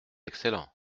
excellent